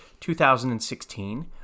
2016